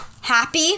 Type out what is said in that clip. happy